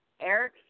Eric